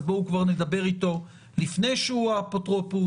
אז בואו כבר נדבר איתו לפני שהוא האפוטרופוס.